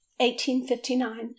1859